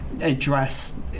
address